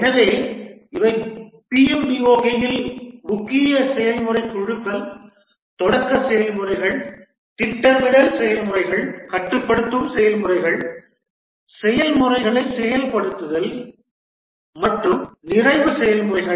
எனவே இவை PMBOK இல் 5 முக்கிய செயல்முறை குழுக்கள் தொடக்க செயல்முறைகள் திட்டமிடல் செயல்முறைகள் கட்டுப்படுத்தும் செயல்முறைகள் செயல்முறைகளை செயல்படுத்துதல் மற்றும் நிறைவு செயல்முறைகள்